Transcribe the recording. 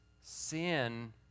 sin